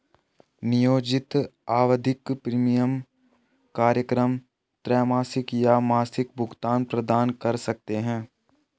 नियोजित आवधिक प्रीमियम कार्यक्रम त्रैमासिक या मासिक भुगतान प्रदान कर सकते हैं